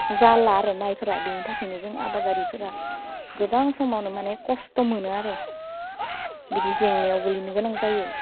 जाला आरो मायफोरा बिनि थाखायनो जों आबादारिफोरा गोबां समावनो मानि खस्थ' मोनो आरो बिदि जेंनायाव गोलैनो गोनां जायो